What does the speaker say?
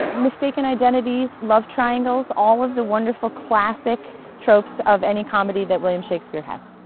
mistaken identities, love triangles, all of the wonderful classic tropes of any comedy that william shakespeare has.